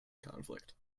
conflict